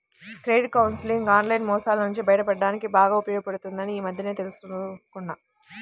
credit counselling online మోసాల నుంచి బయటపడడానికి బాగా ఉపయోగపడుతుందని ఈ మధ్యనే తెల్సుకున్నా